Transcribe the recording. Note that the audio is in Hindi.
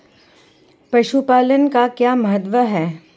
पशुपालन का क्या महत्व है?